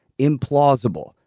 Implausible